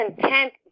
content